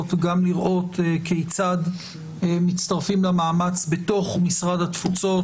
גם לראות כיצד מצטרפים למאמץ בתוך משרד התפוצות.